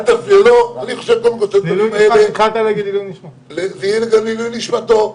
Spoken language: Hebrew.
זה יהיה גם לעילוי נשמתו כיהודי,